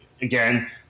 again